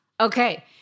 Okay